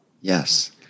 Yes